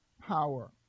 power